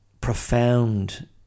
profound